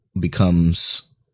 becomes